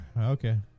okay